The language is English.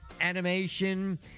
animation